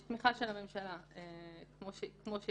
יש תמיכה של הממשלה בהצעה כפי שהיא.